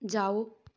ਜਾਓ